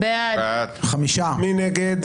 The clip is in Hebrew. מי נגד?